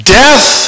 death